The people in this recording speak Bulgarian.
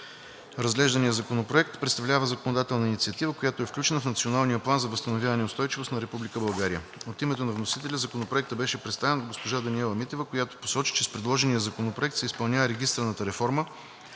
Разглежданият законопроект представлява законодателна инициатива, която е включена в Националния план за възстановяване и устойчивост на Република България. От името на вносителя Законопроектът беше представен от госпожа Даниела Митева, която посочи, че с предложения законопроект се изпълнява регистърната реформа,